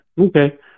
Okay